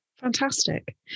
Fantastic